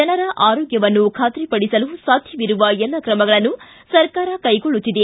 ಜನರ ಆರೋಗ್ಯವನ್ನು ಖಾತ್ರಿಪಡಿಸಲು ಸಾಧ್ಯವಿರುವ ಎಲ್ಲ ಕ್ರಮಗಳನ್ನು ಸರ್ಕಾರ ಕೈಗೊಳ್ಳುತ್ತಿದೆ